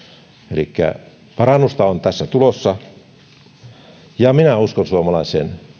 elikkä parannusta on tässä tulossa ja minä uskon suomalaiseen